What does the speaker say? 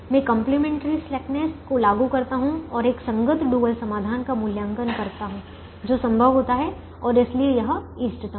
मैं complementary slackness को लागू करता हूं और एक संगत डुअल समाधान का मूल्यांकन करता है जो संभव होता है और इसलिए यह इष्टतम है